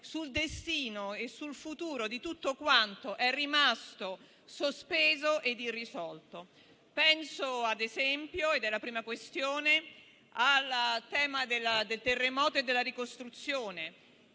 sul destino e sul futuro di tutto quanto è rimasto sospeso e irrisolto. Penso ad esempio - ed è la prima questione che intendo porre - al tema del terremoto e della ricostruzione.